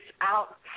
out